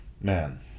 man